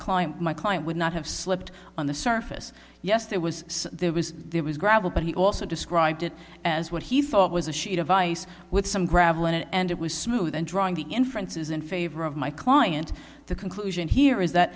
climb my client would not have slipped on the surface yes there was there was there was gravel but he also described it as what he thought was a sheet of ice with some gravel in it and it was smooth and drawing the inferences in favor of my client the conclusion here is that